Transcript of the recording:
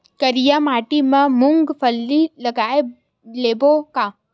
करिया माटी मा मूंग फल्ली लगय लेबों का?